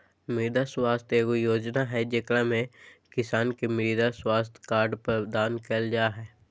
मृदा स्वास्थ्य एगो योजना हइ, जेकरा में किसान के मृदा स्वास्थ्य कार्ड प्रदान कइल जा हइ